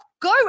go